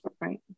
Right